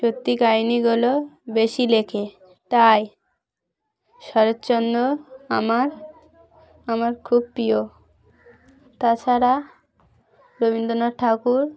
সত্যি কাহিনিগুলো বেশি লেখে তাই শরৎচন্দ্র আমার আমার খুব প্রিয় তাছাড়া রবীন্দ্রনাথ ঠাকুর